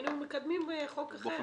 היינו מקדמים חוק אחר.